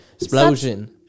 explosion